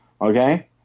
Okay